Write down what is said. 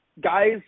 guys